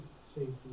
safety